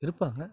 இருப்பாங்க